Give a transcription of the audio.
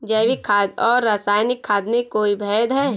जैविक खाद और रासायनिक खाद में कोई भेद है?